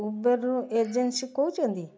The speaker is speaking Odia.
ଉବରରୁ ଏଜେନ୍ସି କହୁଛନ୍ତି